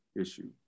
issue